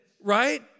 right